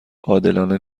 عادلانه